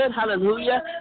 hallelujah